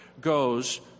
goes